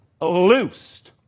loosed